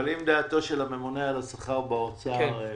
אבל אם דעתו של הממונה על השכר באוצר נוחה.